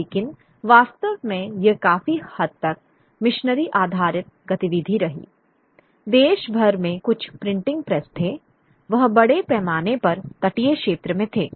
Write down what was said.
लेकिन वास्तव में यह काफी हद तक मिशनरी आधारित गतिविधि रही देश भर में कुछ प्रिंटिंग प्रेस थे वह बड़े पैमाने पर तटीय क्षेत्रों में थे